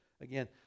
again